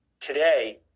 today